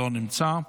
לא נמצא.